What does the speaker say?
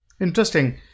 Interesting